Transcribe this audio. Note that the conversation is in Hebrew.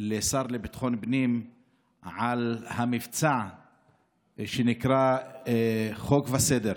לשר לביטחון פנים על המבצע שנקרא "חוק וסדר".